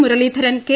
Muraleedharan K